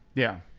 yeah.